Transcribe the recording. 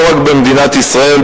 לא רק במדינת ישראל,